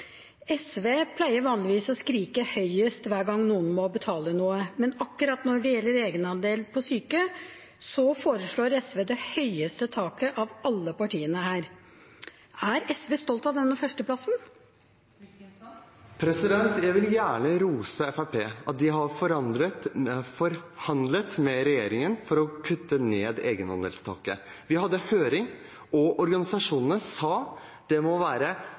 SV pleier vanligvis å skrike høyest hver gang noen må betale noe, men akkurat når det gjelder egenandel for syke, foreslår SV det høyeste taket av alle partiene her. Er SV stolt av denne førsteplassen? Jeg vil gjerne rose Fremskrittspartiet for at de har forhandlet med regjeringen om å kutte egenandelstaket. Vi hadde høring, og organisasjonene sa at det kan være